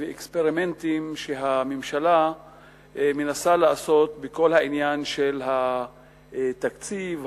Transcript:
ואקספרימנטים שהממשלה מנסה לעשות בכל העניין של התקציב,